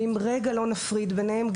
אם רגע לא נפריד ביניהם,